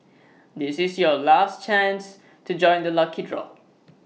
this is your last chance to join the lucky draw